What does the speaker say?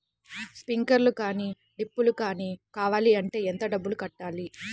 Sprinkler కానీ డ్రిప్లు కాని కావాలి అంటే ఎంత డబ్బులు కట్టాలి?